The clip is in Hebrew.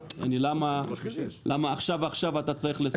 למה עכשיו עכשיו אתה צריך לסיים?